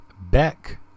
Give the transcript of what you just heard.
beck